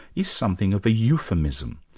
is something of a euphemism.